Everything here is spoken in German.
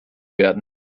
werden